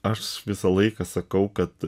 aš visą laiką sakau kad